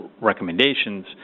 recommendations